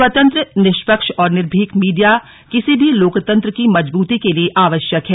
स्वतंत्र निष्पक्ष और निर्भीक मीडिया किसी भी लोकतंत्र की मजबूती के लिए आवश्यक है